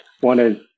wanted